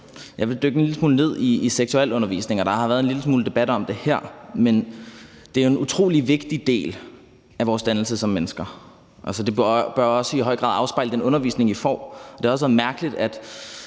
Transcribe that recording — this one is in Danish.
Jeg vil dykke en lille smule ned i seksualundervisningen. Der har været en lille smule debat om det her, men det er jo en utrolig vigtig del af vores dannelse som mennesker, og det bør også i høj grad afspejle den undervisning, vi får. Det har også været mærkeligt, at